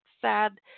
sad